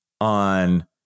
on